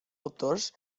autors